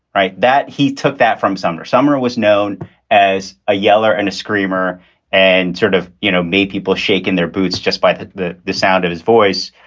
right. that he took that from sumner summer was known as a yeller and a screamer and sort of you know made people shake in their boots just by the the sound of his voice.